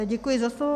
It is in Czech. Děkuji za slovo.